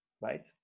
right